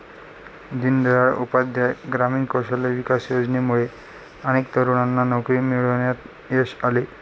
दीनदयाळ उपाध्याय ग्रामीण कौशल्य विकास योजनेमुळे अनेक तरुणांना नोकरी मिळवण्यात यश आले